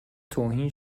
توهین